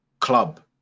club